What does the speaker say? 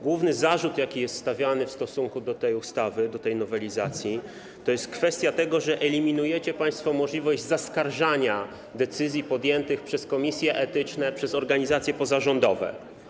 Główny zarzut, jaki jest stawiany tej ustawie, tej nowelizacji, to jest kwestia tego, że eliminujecie państwo możliwość zaskarżania decyzji podjętych przez komisje etyczne, przez organizacje pozarządowe.